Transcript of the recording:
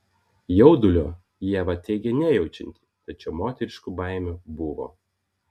jaudulio ieva teigė nejaučianti tačiau moteriškų baimių buvo